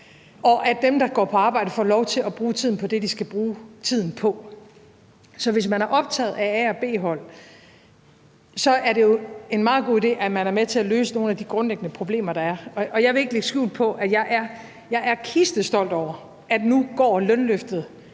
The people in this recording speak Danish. og at dem, der går på arbejde, får lov til at bruge tiden på det, de skal bruge tiden på. Så hvis man er optaget af A- og B-hold, er det jo en meget god idé, at man er med til at løse nogle af de grundlæggende problemer, der er. Jeg vil ikke lægge skjul på, at jeg er kistestolt over, at nu går lønløftet